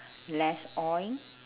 less oil